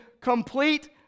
complete